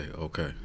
okay